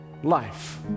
life